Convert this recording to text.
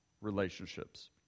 relationships